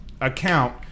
account